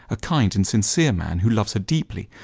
a kind and sincere man who loved her deeply,